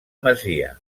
masia